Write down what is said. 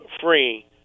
free